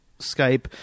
Skype